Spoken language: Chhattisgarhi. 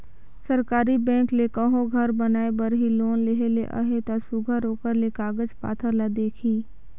सरकारी बेंक ले कहों घर बनाए बर ही लोन लेहे ले अहे ता सुग्घर ओकर ले कागज पाथर ल देखही